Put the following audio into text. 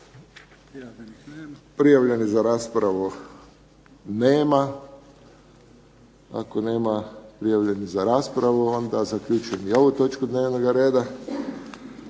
Prijavljenih za raspravu nema? Ako nema prijavljenih za raspravu onda zaključujem i ovu točku dnevnoga reda.